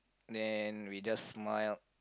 then we just smile